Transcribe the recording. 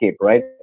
right